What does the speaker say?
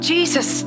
Jesus